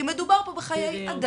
כי מדובר פה בחיי אדם.